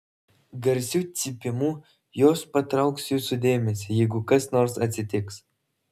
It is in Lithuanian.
garsiu cypimu jos patrauks jūsų dėmesį jeigu kas nors atsitiks